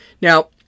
Now